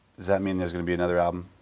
that mean there's going to be another album?